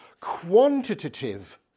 quantitative